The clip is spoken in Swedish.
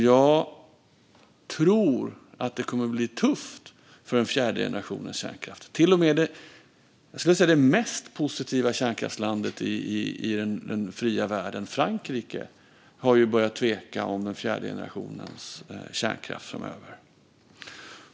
Jag tror att det kommer att bli tufft för den fjärde generationens kärnkraft. Till och med det mest kärnkraftspositiva landet i den fria världen, Frankrike, har börjat tveka gällande den fjärde generationens kärnkraft framöver.